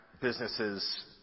businesses